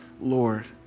Lord